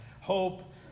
hope